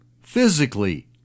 physically